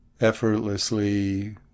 effortlessly